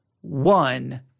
one